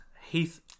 Heath